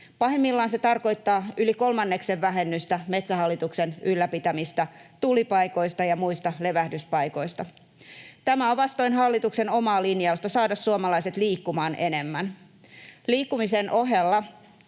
Pahimmillaan se tarkoittaa yli kolmanneksen vähennystä Metsähallituksen ylläpitämistä tulipaikoista ja muista levähdyspaikoista. Tämä on vastoin hallituksen omaa linjausta saada suomalaiset liikkumaan enemmän. Liikkumisen ohella